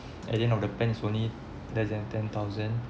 at the end of the plan only less than ten thousand